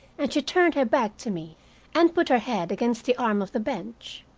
and she turned her back to me and put her head against the arm of the bench.